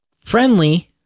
friendly